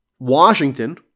Washington